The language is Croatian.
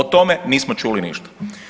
O tome nismo čuli ništa.